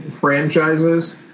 franchises